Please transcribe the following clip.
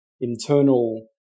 internal